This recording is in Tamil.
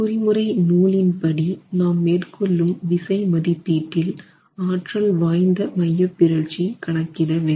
குறிமுறை நூலின் படி நாம் மேற்கொள்ளும் விசை மதிப்பீட்டில் ஆற்றல் வாய்ந்த மையப்பிறழ்ச்சி கணக்கிட வேண்டும்